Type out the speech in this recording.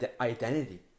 identity